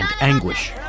anguish